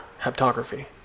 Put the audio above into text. haptography